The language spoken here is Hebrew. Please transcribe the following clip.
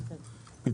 אנחנו מחדשים את הדיון.